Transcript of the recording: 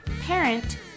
parent